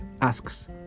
asks